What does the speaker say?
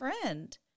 friend